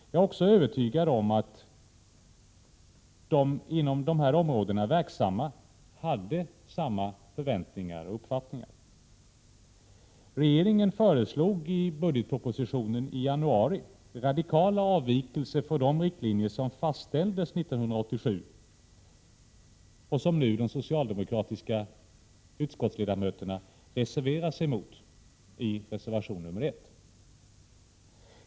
Jag är också övertygad om att de inom området verksamma har haft samma förväntningar och uppfattningar. Regeringen föreslog i budgetpropositionen i januari radikala avvikelser från de riktlinjer som fastställdes 1987 och som nu de socialdemokratiska utskottsledamöterna reserverar sig mot i reservation 1.